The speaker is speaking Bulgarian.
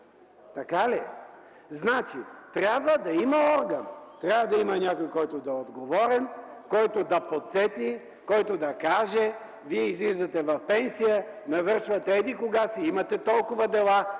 Така ли е? Трябва да има орган, трябва да има някой, който да е отговорен, който да подсети, който да каже: вие излизате в пенсия, навършвате еди-кога си годините, имате толкова дела,